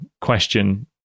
question